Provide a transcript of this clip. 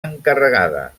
encarregada